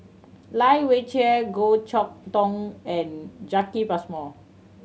Lai Weijie Goh Chok Tong and Jacki Passmore